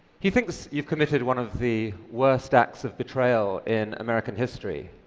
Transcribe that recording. he thinks you've committed one of the worst acts of betrayal in american history.